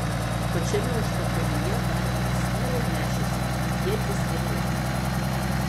pačiame užpakalyje dar trys vyrai nešėsi dvi ietis ir lanką